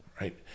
right